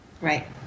right